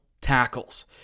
tackles